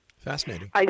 Fascinating